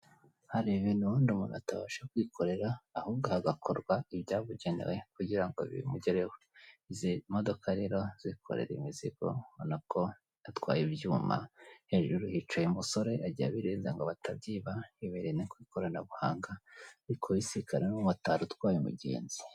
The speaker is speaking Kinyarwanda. Hari ibintu ubundi umuntu atabasha kwikorera, ahubwo hagakorwa ibyabugenewe kugira ngo bimugereho, izi modoka rero zikorera imizigo ubonako atwaye ibyuma, hejuru hicaye umusore ajyiye abirinze ngo batabyiba yibere no kw'ikoranabuhanga arikubisikana n'umumotari utwaye umugenzi.